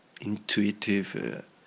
intuitive